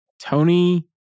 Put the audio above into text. Tony